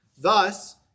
Thus